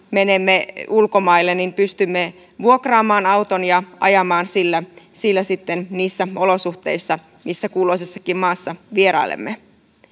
kun menemme ulkomaille pystymme vuokraamaan auton ja ajamaan sillä sillä sitten niissä olosuhteissa missä kulloisessakin maassa vierailemme